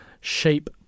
shape